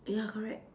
ya correct